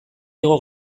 igo